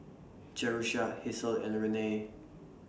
Jerusha Hasel and Renae